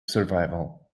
survival